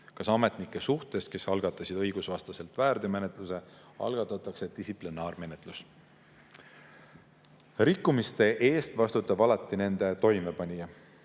Kas ametnike suhtes, kes algatasid õigusvastaselt väärteomenetluse, algatatakse distsiplinaarmenetlus?" Rikkumiste eest vastutab alati nende toimepanija.